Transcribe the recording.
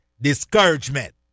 Discouragement